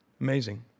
Amazing